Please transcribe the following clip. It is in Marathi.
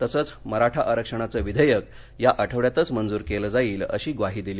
तसंच मराठा आरक्षणाचं विधेयक या आठवड्यातच मंजूर केलं जाईल अशी ग्वाही दिली